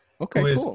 Okay